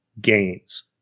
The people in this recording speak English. gains